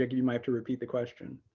you might have to repeat the question.